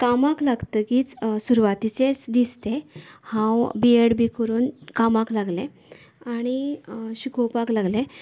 कामाक लागतकीच सुरवातेचेच दीस ते हांव बी एड बीन करून कामाक लागले आनी शिकोवपाक लागलें